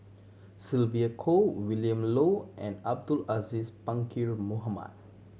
Sylvia Kho Willin Low and Abdul Aziz Pakkeer Mohamed